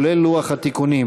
כולל לוח התיקונים,